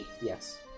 yes